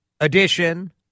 edition